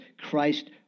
Christ